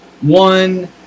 one